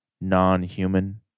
Non-human